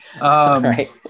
right